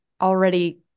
already